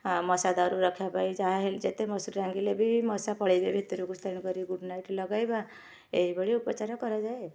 ଆ ମଶା ଦାଉରୁ ରକ୍ଷାପାଇ ଯାହା ହେଇ ଯେତେ ମସୁରୀ ଟାଙ୍ଗିଲେ ବି ମଶା ପଳେଇବେ ଭିତରକୁ ତେଣୁ କରି ଗୁଡ଼ନାଇଟ ଲଗାଇବା ଏଇଭଳି ଉପଚାର କରାଯାଏ